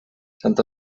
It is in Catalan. sant